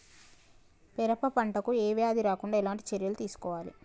పెరప పంట కు ఏ వ్యాధి రాకుండా ఎలాంటి చర్యలు తీసుకోవాలి?